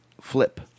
flip